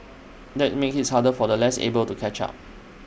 that makes his harder for the less able to catch up